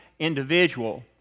individual